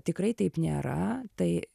tikrai taip nėra tai